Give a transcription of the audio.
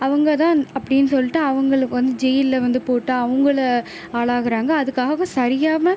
அவங்க தான் அப்படின்னு சொல்லிகிட்டு அவங்களுக்கு வந்து ஜெயிலில் வந்து போட்டு அவங்களை ஆளாகிறாங்க அதுக்காகவது சரியான